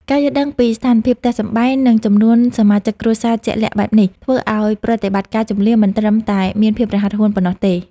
ការយល់ដឹងពីស្ថានភាពផ្ទះសម្បែង និងចំនួនសមាជិកគ្រួសារជាក់លាក់បែបនេះ ធ្វើឱ្យប្រតិបត្តិការជម្លៀសមិនត្រឹមតែមានភាពរហ័សរហួនប៉ុណ្ណោះទេ។